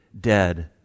dead